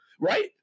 right